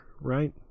right